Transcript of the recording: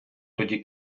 тоді